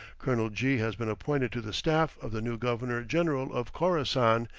colonel g has been appointed to the staff of the new governor-general of khorassan,